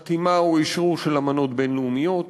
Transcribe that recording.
חתימה או אשרור של אמנות בין-לאומיות.